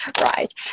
right